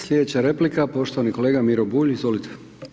Slijedeća replika, poštovani kolega Miro Bulj, izvolite.